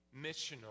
missional